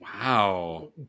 wow